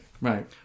Right